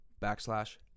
backslash